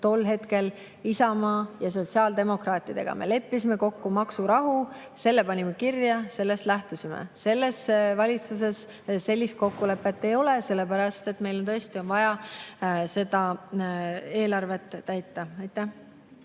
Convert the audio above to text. leppinud Isamaa ja sotsiaaldemokraatidega. Me leppisime kokku maksurahu, selle panime kirja ja sellest lähtusime. Selles valitsuses sellist kokkulepet ei ole, sellepärast et meil on tõesti vaja eelarvet täita. Andres